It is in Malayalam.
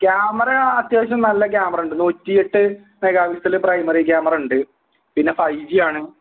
ക്യാമറ അത്യാവശ്യം നല്ല ക്യാമറ ഉണ്ട് നൂറ്റിയെട്ട് മെഗാ പിക്സല് പ്രൈമറി ക്യാമറ ഉണ്ട് പിന്നെ ഫൈവ് ജി ആണ്